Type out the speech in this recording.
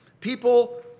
People